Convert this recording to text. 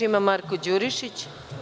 Reč ima Marko Đurišić.